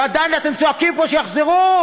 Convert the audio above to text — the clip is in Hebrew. ועדיין אתם צועקים פה שיחזרו,